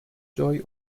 joy